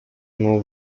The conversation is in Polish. ono